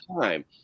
time